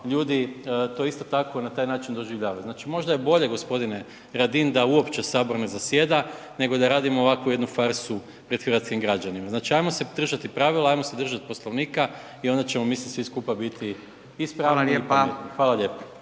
ljudi to isto tako na taj način doživljavaju. Znači, možda je bolje g. Radin da uopće sabor ne zasjeda nego da radimo ovako jednu farsu pred hrvatskim građanima. Znači ajmo se držat pravila, ajmo se držat Poslovnika i onda ćemo mi svi skupa biti ispravni …/Upadica: Fala lijepa/…